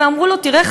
הם אמרו לו: תראה,